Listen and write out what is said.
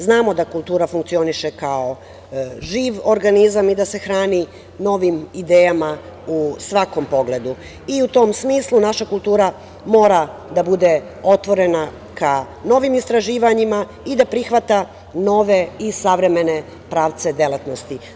Znamo da kultura funkcioniše kao živ organizam i da se hrani novim idejama u svakom pogledu i u tom smislu naša kultura mora biti otvorena ka novim istraživanjima i da prihvata nove i savremene pravce delatnosti.